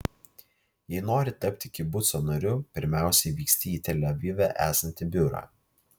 jei nori tapti kibuco nariu pirmiausiai vyksti į tel avive esantį biurą